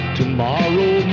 tomorrow